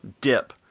dip